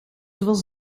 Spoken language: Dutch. was